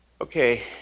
Okay